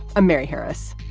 i'm mary harris.